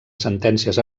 sentències